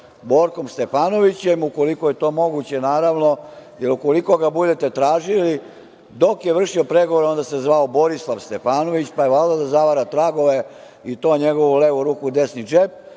Borkom Stefanovićem ukoliko je to moguće, naravno, jer ukoliko ga budete tražili, dok je vršio pregovore onda se zvao Borislav Stefanović, pa je valjda, da zavara tragove i to njegovo – leva ruka, desni džep,